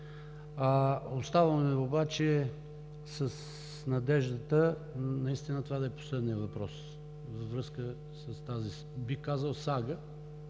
Оставаме обаче с надеждата това да е последният въпрос, във връзка с тази сага,